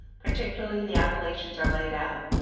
particularly the appalachians, are laid out.